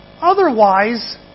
Otherwise